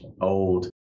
old